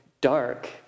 dark